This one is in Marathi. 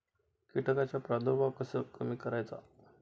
कीटकांचा प्रादुर्भाव कसा कमी करायचा?